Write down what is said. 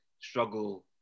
struggle